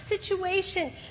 situation